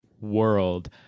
world